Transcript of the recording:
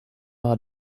war